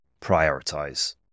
prioritize